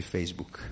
Facebook